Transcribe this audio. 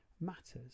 matters